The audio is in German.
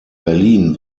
berlin